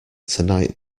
tonight